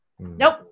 Nope